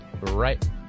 right